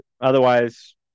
otherwise